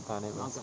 ah naik bus